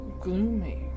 gloomy